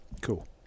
Cool